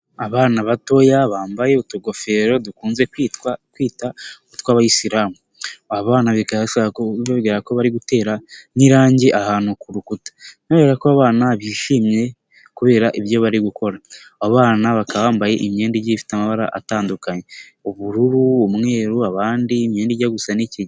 Abana batoya bambaye utugofero dukunze kwitwa kwita ukw'abayisilamu b bibwira ko bari gutera nk'irangi ahantu ku rukuta kubera ko abana bishimye kubera ibyo bari gukora abana baka bambaye imyenda igifite amabara atandukanye ubururu, umweruru abandi imyenda ijya gusa n'ikigina.